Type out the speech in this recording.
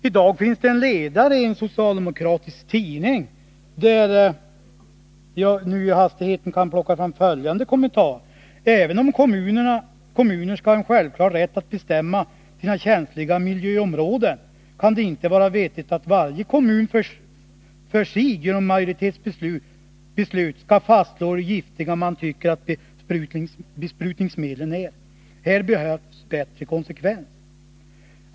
I dag finns det en ledare i en socialdemokratisk tidning, där jag nu i hastigheten kan plocka fram följande kommentar: ”Även om kommuner ska ha en självklar rätt att bestämma sina känsliga miljöområden kan det inte vara vettigt att varje kommun för sig genom majoritetsbeslut ska fastslå hur giftiga man tycker att besprutningsmedlen är. Här behövs bättre konsekvens.